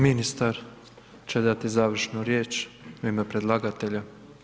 Ministar će dati završnu riječ u ime predlagatelja.